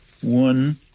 One